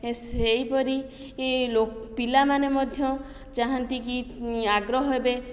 ଏ ସେହିପରି ପିଲାମାନେ ମଧ୍ୟ ଚାହାଁନ୍ତିକି ଆଗ୍ରହ ହେବେ